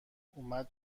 اومد